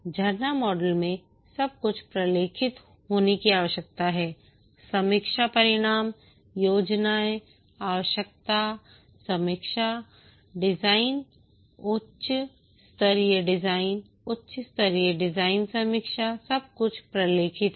झरना मॉडल में सब कुछ प्रलेखित होने की आवश्यकता है समीक्षा परिणाम योजनाएं आवश्यकता समीक्षा डिजाइन उच्च स्तरीय डिजाइन उच्च स्तरीय डिजाइन समीक्षा सब कुछ प्रलेखित है